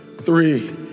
three